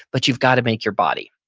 but you've got to make your body.